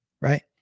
right